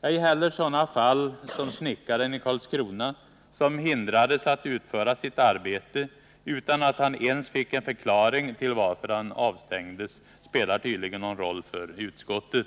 Ej heller sådana fall som snickaren i Karlskrona som hindrades att utföra sitt arbete, utan att han ens fick en förklaring till varför han Nr 110 avstängdes, spelar tydligen någon roll för utskottet.